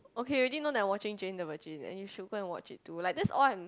okay Eugene not that watching Jane watching and the sugar watch it to like this all